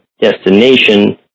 destination